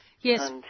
Yes